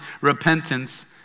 repentance